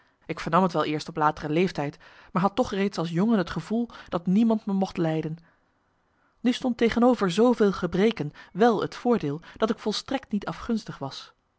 ik vernam t wel eerst op latere leeftijd maar had toch reeds als jongen het gevoel dat niemand me mocht lijden nu stond tegenover zooveel gebreken wel het voordeel dat ik volstrekt niet afgunstig was